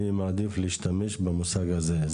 אני מעדיף להשתמש במושג הזה.